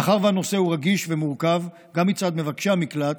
מאחר שהנושא הוא רגיש ומורכב, גם מצד מבקשי המקלט,